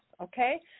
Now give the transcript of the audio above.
okay